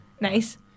Nice